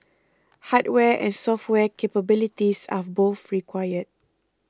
hardware and software capabilities are both required